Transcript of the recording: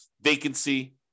vacancy